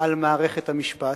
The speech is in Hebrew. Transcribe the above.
על מערכת המשפט.